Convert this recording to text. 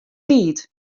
tiid